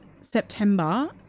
september